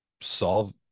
solve